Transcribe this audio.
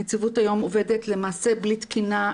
הנציבות היום עובדת למעשה בלי תקינה,